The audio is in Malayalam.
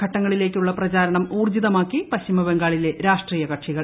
ഘട്ടങ്ങളിലേക്കുള്ള പ്രചാരണം ഊർജ്ജിതമാക്കി പശ്ചിമബംഗാളിലെ രാഷ്ട്രീയ കക്ഷികൾ